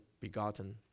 begotten